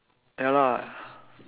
ya lah